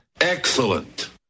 Excellent